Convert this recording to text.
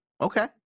okay